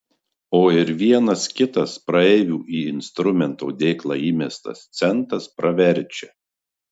o ir vienas kitas praeivių į instrumento dėklą įmestas centas praverčia